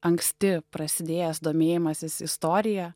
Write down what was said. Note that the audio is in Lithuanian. anksti prasidėjęs domėjimasis istorija